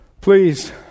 please